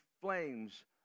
flames